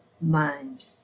mind